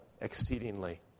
exceedingly